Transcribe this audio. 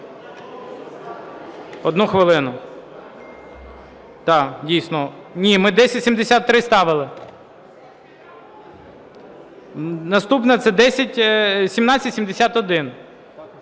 Одну хвилину. Так, дійсно. Ні, ми 1073 ставили. Наступна це 10...